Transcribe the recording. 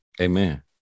Amen